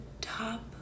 top